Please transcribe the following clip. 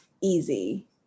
easy